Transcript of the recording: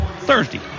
Thursday